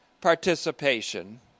participation